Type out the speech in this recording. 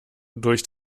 durch